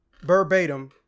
verbatim